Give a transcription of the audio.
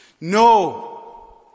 No